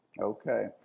Okay